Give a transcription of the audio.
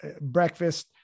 breakfast